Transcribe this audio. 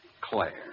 Claire